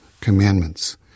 commandments